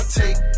take